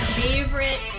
favorite